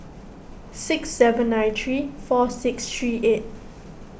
six seven nine three four six three eight